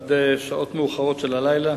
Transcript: עד שעות מאוחרות של הלילה,